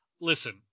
Listen